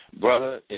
Brother